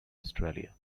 australia